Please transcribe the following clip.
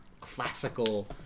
classical